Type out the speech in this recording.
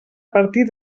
partir